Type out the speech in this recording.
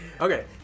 Okay